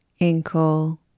ankle